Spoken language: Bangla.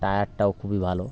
টায়ারটাও খুবই ভালো